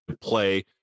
play